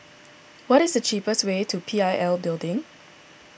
what is the cheapest way to P I L Building